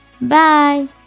Bye